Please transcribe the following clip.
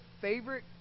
favorite